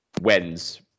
wins